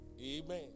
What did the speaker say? Amen